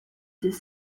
des